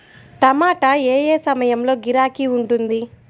టమాటా ఏ ఏ సమయంలో గిరాకీ ఉంటుంది?